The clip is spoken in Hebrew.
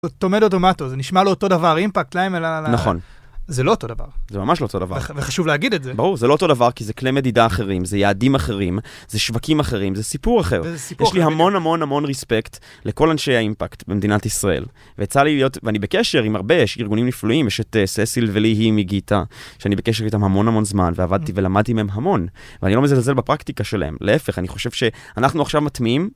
אותו מדוד אומטו, זה נשמע לאותו דבר. אימפקט למ... נכון. זה לא אותו דבר. זה ממש לא אותו דבר. וחשוב להגיד את זה. זה ברור, זה לא אותו דבר כי זה כלי מדידה אחרים, זה יעדים אחרים, זה שווקים אחרים, זה סיפור אחר. יש לי המון המון המון רספקט לכל אנשי האימפקט במדינת ישראל. ואי צאה לי להיות, ואני בקשר עם הרבה ארגונים נפלוגים, יש את ססיל וליהי מגיטה, שאני בקשר איתם המון המון זמן ועבדתי ולמדתי מהם המון ואני לא מזלזל בפרקטיקה שלהם להפך אני חושב שאנחנו עכשיו מטמיעים.